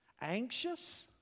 anxious